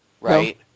Right